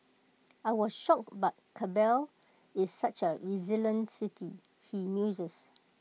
I was shocked but Kabul is such A resilient city he muses